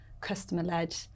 customer-led